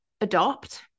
adopt